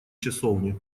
часовни